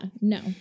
no